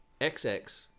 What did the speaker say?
xx